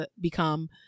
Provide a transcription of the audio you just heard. become